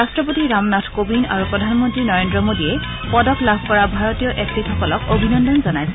ৰাষ্ট্ৰপতি ৰামনাথ কোবিন্দ আৰু প্ৰধানমন্ত্ৰী নৰেন্দ্ৰ মোদীয়ে পদক লাভ কৰা ভাৰতীয় এথলীট সকলক অভিনন্দন জনাইছে